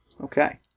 Okay